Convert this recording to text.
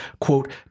quote